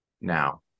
now